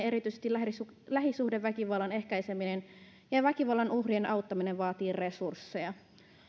erityisesti lähisuhdeväkivallan ehkäiseminen ja ja väkivallan uhrien auttaminen vaatii resursseja